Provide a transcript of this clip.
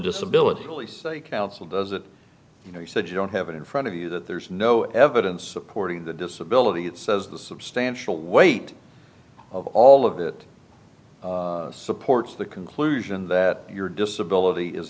disability police council does that you know you said you don't have it in front of you that there's no evidence supporting the disability it says the substantial weight of all of it supports the conclusion that your disability is